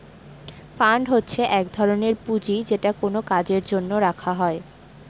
fund হচ্ছে এক ধরনের পুঁজি যেটা কোনো কাজের জন্য রাখা হয়